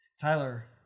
Tyler